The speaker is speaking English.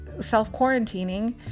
self-quarantining